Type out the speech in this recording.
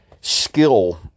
skill